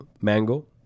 mango